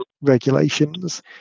regulations